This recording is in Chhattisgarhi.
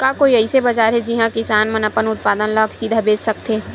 का कोई अइसे बाजार हे जिहां किसान मन अपन उत्पादन ला सीधा बेच सकथे?